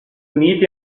uniti